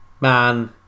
man